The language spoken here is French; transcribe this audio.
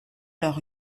leur